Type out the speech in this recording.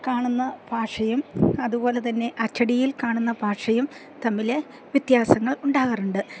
കാണുന്ന ഭാഷയും അതുപോലെ തന്നെ അച്ചടിയിൽ കാണുന്ന ഭാഷയും തമ്മില് വ്യത്യാസങ്ങൾ ഉണ്ടാകാറുണ്ട്